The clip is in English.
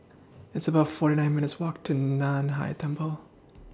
It's about forty nine minutes' Walk to NAN Hai Temple